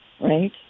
Right